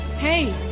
hey,